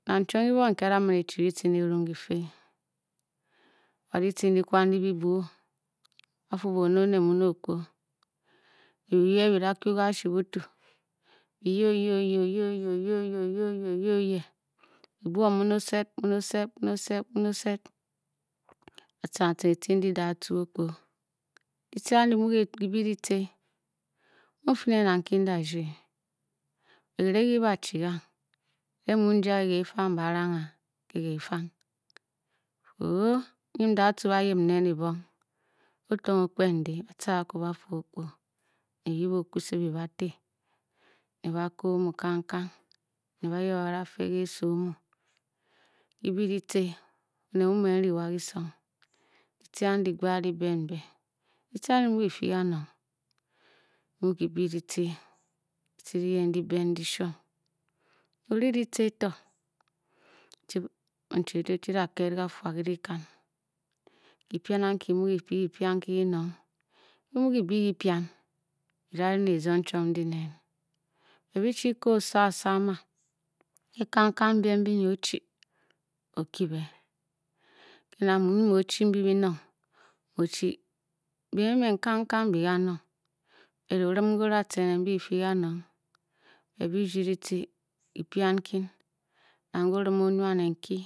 Ki a-da man e-chi ke ditce nde dimun di-fii, wa ditce ndi-kwan n di byi buu, ba-fuu bone oned mu nyin o-o-kpo bi yee bi da kyu ke ashibutw bi-yee oye oye, oye oye, oye oye, oye, oye oye, oye, kbuon mun o-sed mun osed, mun-osed, atciring atciring ditce ndi datcu o-kpo kitce and i ki-muu kibě ditce mu nfii ne nang nki nda rdii erenghe ki ba chi gang, ke mmu n ja ke gehfang mba ranghr a, ke gehfang nfuu hoo nyin datcu ayin nen ebong o-tong o-kpen dě ba-tca akwu ba-fuu o-kpo bii yip okwuse bi ba tě bi ba ko a omu kangkang ne ba yib a ba da fe ke kise omu dibě ditce, oned muu me n-ri wa gisong ditcě andi gbaad diben mbe ditce andi muuri-fii kanong ki muu ribě ditce, ditce andi muu dyiben dyishuon, ori ditce to, nchie eji o-chi da-ked kafua ke dyikan kyipian anki, ki muu ri-fii kyipian nki kinong ki muu kibě kyipian bi da ri ne kizong con’t chiom ndi nen be bi chi ko oso asama ke kangkang biem mbi nyi o-chi o-kye be, ke na nyi mu o-chi mbi binong mu o-chi, biem emen kangkang mbi kanong bot orim ke o-da tcen ne mbyi bi fii kanong be bi rdi ditce dyipian nkin, nang ke orim o-nyuua ne nki